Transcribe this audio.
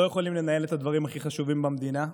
לא יכולים לנהל את הדברים הכי חשובים במדינה.